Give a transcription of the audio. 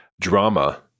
drama